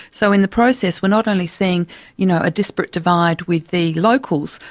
so in the process we're not only seeing you know a disparate divide with the locals,